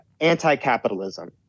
anti-capitalism